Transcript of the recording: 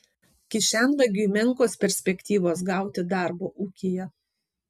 kišenvagiui menkos perspektyvos gauti darbo ūkyje